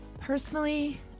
Personally